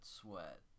sweat